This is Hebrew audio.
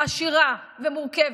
עשירה ומורכבת,